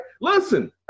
Listen